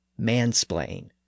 mansplain